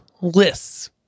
lists